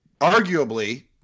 arguably